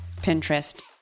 Pinterest